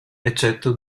eccetto